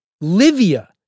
Livia